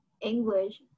English